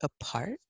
apart